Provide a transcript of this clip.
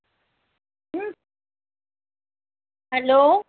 hello